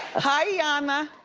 hi iyanla.